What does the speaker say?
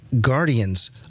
guardians